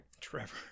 Trevor